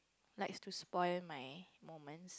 likes to spoil my moment